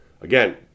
Again